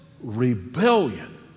rebellion